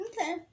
Okay